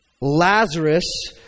Lazarus